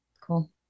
Cool